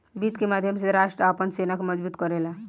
वित्त के माध्यम से राष्ट्र आपन सेना के मजबूत करेला